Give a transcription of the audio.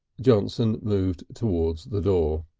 johnson moved towards the door.